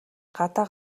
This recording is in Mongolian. гадаа